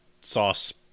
sauce